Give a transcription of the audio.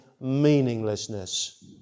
Meaninglessness